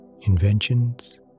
inventions